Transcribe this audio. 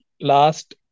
last